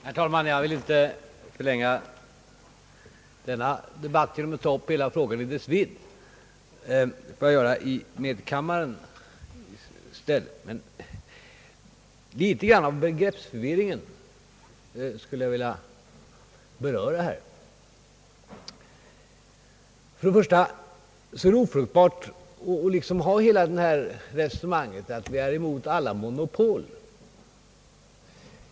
Herr talman! Jag vill inte förlänga denna debatt genom att ta upp frågan i hela dess vidd — det får jag göra i med kammaren i stället. Men litet grand av den begreppsförvirring som här råder skulle jag vilja beröra. Först och främst är det ofruktbart att liksom föra hela detta resonemang om att man är emot alla monopol.